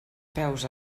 peus